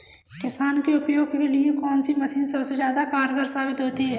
किसान के उपयोग के लिए कौन सी मशीन सबसे ज्यादा कारगर साबित होती है?